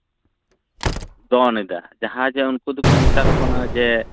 ᱫᱚᱱᱮᱫᱟ ᱡᱟᱦᱟᱸᱭ ᱡᱮ ᱩᱱᱠᱩ ᱫᱚᱠᱚ ᱢᱮᱛᱟ ᱠᱚ ᱠᱟᱱᱟ ᱡᱮ